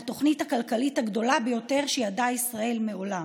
התוכנית הכלכלית הגדולה ביותר שידעה ישראל מעולם.